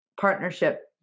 Partnership